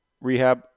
Rehab